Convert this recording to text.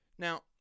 Now